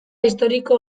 historiko